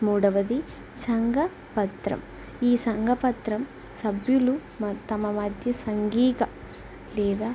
మూడవది సంఘ పత్రం ఈ సంఘ పత్రం సభ్యులు మ తమ మధ్య సంఘిక లేదా